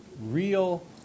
real